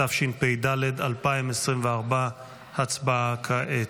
התשפ"ד 2024. הצבעה כעת.